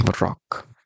rock